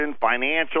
financial